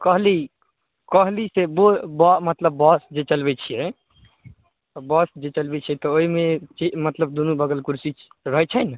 कहली कहली से बो बऽ मतलब बस जे चलबै छियै तऽ बस जे चलबै छियै तऽ ओहिमे ची मतलब दुनू बगलमे कुर्सी रहै छै